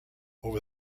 over